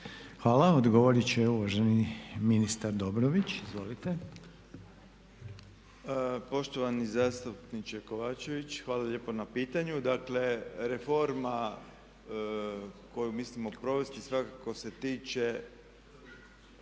Hvala. Odgovorit će uvaženi ministar Dobrović. Izvolite. **Dobrović, Slaven (MOST)** Poštovani zastupniče Kovačević, hvala lijepo na pitanju. Dakle, reforma koju mislimo provesti, svakako se tiče